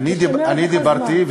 אני דיברתי,